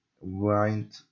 wind